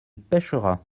pêchera